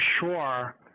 sure